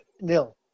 nil